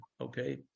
okay